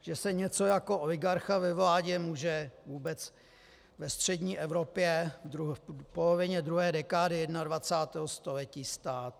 že se něco jako oligarcha ve vládě může vůbec ve střední Evropě v polovině druhé dekády jedenadvacátého století stát.